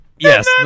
Yes